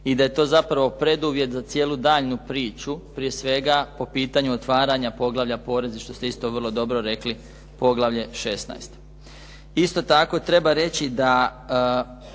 i da je to zapravo preduvjet za cijelu daljnju priču, prije svega po pitanju otvaranja poglavlja poreza, što ste isto vrlo dobro rekli, poglavlje 16. Isto tako treba reći da